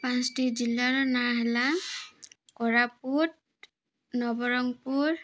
ପାଞ୍ଚଟି ଜିଲ୍ଲାର ନାଁ ହେଲା କୋରାପୁଟ ନବରଙ୍ଗପୁର